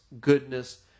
goodness